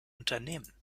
unternehmen